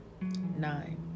Nine